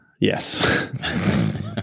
Yes